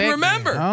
remember